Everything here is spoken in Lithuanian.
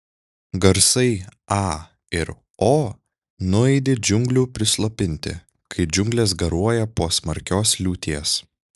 garsai a ir o nuaidi džiunglių prislopinti kai džiunglės garuoja po smarkios liūties